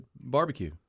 barbecue